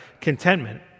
contentment